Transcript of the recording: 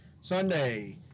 Sunday